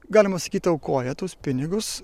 galima sakyt aukoja tuos pinigus